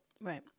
right